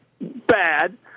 bad